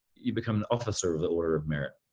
you become an officer of the order of merit.